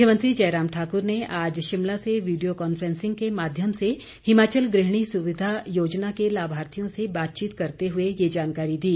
मुख्यमंत्री जयराम ठाकुर ने आज शिमला से वीडियो कॉन्फ्रेंसिंग के माध्यम से हिमाचल गृहिणी सुविधा योजना के लाभार्थियों से बातचीत करते हुए ये जानकारी दी